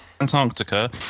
Antarctica